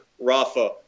Rafa